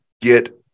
get